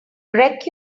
wreck